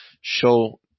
show